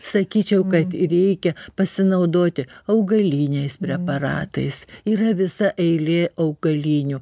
sakyčiau kad reikia pasinaudoti augaliniais preparatais yra visa eilė augalinių